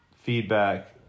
feedback